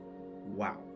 Wow